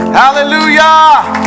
hallelujah